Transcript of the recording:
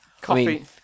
coffee